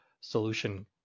solution